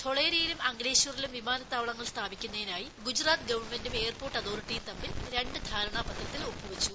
ധൊളേർയിലും അങ്കലേശ്വറിലും വിമാനത്താവളങ്ങൾ സ്ഥാപിക്കുന്നതിനായി ഗുജറാത്ത് ഗവൺമെന്റും എയർപോർട്ട് അതോറിറ്റിയും തമ്മിൽ രണ്ട് ധാരണാപ ത്രത്തിൽ ഒപ്പുവച്ചു